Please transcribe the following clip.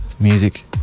music